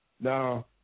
Now